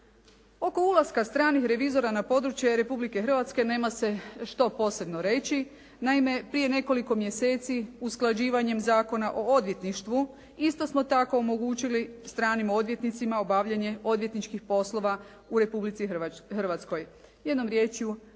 Oko ulaska stranih revizora na područje Republike Hrvatske nema se što posebno reći. Naime prije nekoliko mjeseci usklađivanjem Zakona o odvjetništvu isto smo tako omogućili stranim odvjetnicima obavljanje odvjetničkih poslova u Republici Hrvatskoj. Jednom riječju